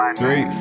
Three